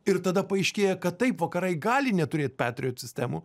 ir tada paaiškėja kad taip vakarai gali neturėt patriot sistemų